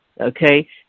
okay